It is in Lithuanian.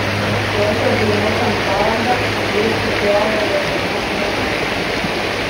laikrodžiui mušant valandą jis išjojo į raudonąją aikštę